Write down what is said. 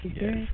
yes